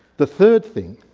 the third thing,